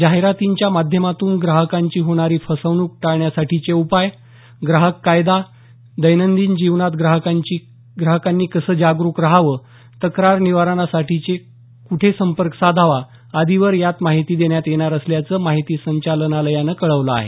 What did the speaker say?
जाहिरातींच्या माध्यमातून ग्राहकांची होणारी फसवणूक टाळण्यासाठीचे उपाय ग्राहक कायदा दैनंदिन जीवनात ग्राहकांनी कसं जागरुक रहावं तक्रार निवारणासाठी क्ठे संपर्क साधावा आदींवर यात माहिती देण्यात येणार असल्याचं माहिती संचालनालयानं कळवलं आहे